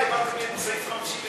תראה, מיקי,